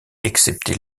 excepté